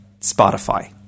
Spotify